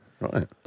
Right